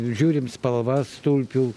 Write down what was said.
žiūrim spalvas tulpių